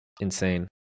insane